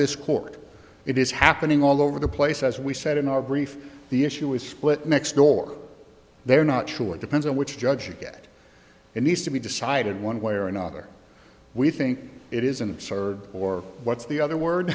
this court it is happening all over the place as we said in our brief the issue is split next door they're not sure depends on which judge you get it needs to be decided one way or another we think it is an absurd or what's the other word